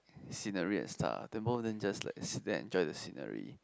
scenery and stuff then both of them just like sit there enjoy the scenery